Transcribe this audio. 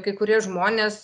kai kurie žmonės